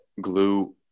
glue